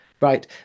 right